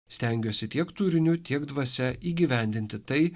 stengiuosi tiek turiniu tiek dvasia įgyvendinti tai